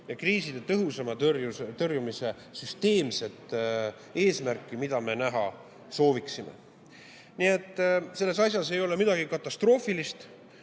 ja kriiside tõhusama tõrjumise süsteemset eesmärki, mida me näha sooviksime. Nii et selles asjas ei ole midagi katastroofilist.